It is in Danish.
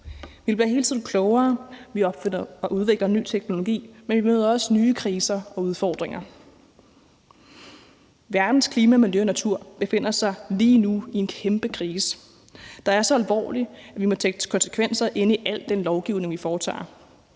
Vi bliver hele tiden klogere, vi opfinder og udvikler ny teknologi, men vi møder også nye kriser og udfordringer. Verdens klima, miljø og natur befinder sig lige nu i en kæmpe krise, der er så alvorlig, at vi må tænke dens konsekvenser ind i al den lovgivning, vi laver.